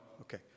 Okay